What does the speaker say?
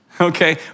okay